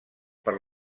per